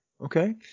Okay